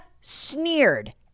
sneered